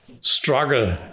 struggle